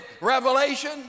revelation